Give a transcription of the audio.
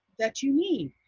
that you need.